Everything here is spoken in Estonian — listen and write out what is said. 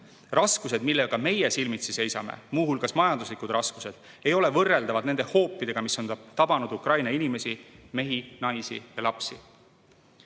Raskused, millega meie silmitsi seisame, muuhulgas majanduslikud raskused, ei ole võrreldavad nende hoopidega, mis on tabanud Ukraina inimesi – mehi, naisi ja lapsi.